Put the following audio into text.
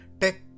Tech